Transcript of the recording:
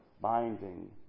binding